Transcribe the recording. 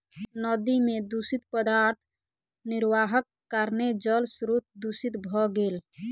नदी में दूषित पदार्थ निर्वाहक कारणेँ जल स्त्रोत दूषित भ गेल